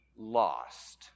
lost